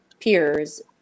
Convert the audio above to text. peers